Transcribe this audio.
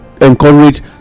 encourage